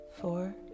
four